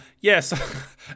Yes